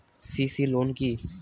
CC loan কি?